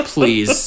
Please